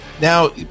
Now